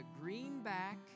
greenback